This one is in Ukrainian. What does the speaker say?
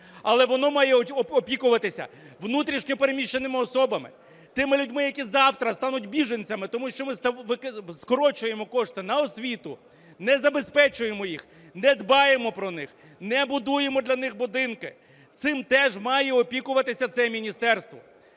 Але воно має опікуватися внутрішньо переміщеними особами, тими людьми, які завтра стануть біженцями, тому що ми скорочуємо кошти на освіту, не забезпечуємо їх, не дбаємо про них, не будуємо для них будинки. Цим теж має опікуватися це міністерство.